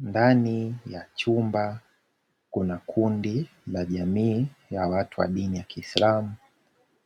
Ndani ya chumba kuna kundi la watu wa jamii ya kiislamu,